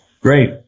Great